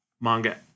manga